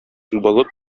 болыт